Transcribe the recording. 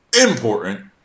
important